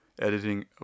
editing